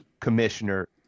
commissioner